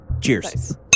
Cheers